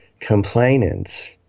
complainants